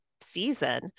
season